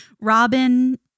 Robin